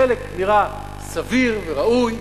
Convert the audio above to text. חלק נראה סביר וראוי.